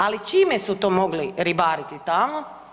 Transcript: Ali čime su to mogli ribariti tamo?